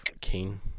king